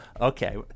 Okay